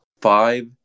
five